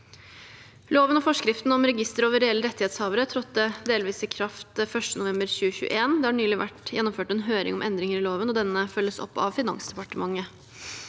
Loven og forskriften om register over reelle rettighetshavere trådte delvis i kraft den 1. november 2021. Det har nylig vært gjennomført en høring om endringer i loven, og denne følges opp av Finansdepartementet.